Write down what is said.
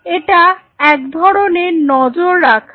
এটা এক ধরনের নজর রাখা